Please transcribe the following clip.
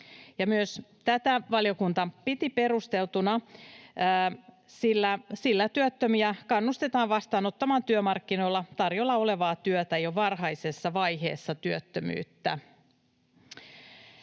myös tätä valiokunta piti perusteltuna, sillä työttömiä kannustetaan vastaanottamaan työmarkkinoilla tarjolla olevaa työtä jo varhaisessa vaiheessa työttömyyttä.